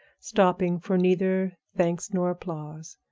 stopping for neither thanks nor applause.